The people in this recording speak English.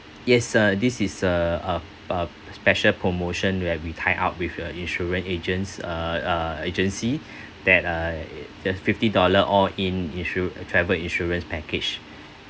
yes uh this is a a a special promotion where we tie up with a insurance agents uh uh agency that uh just fifty dollar all in insur~ travel insurance package